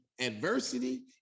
adversity